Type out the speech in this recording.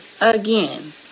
again